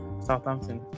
Southampton